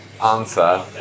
answer